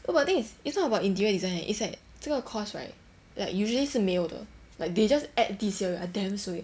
no but the thing is it's not about interior design leh it's like 这个 course right like usually 是没有的 like they just add this year I damn suay